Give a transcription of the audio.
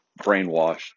brainwashed